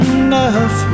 enough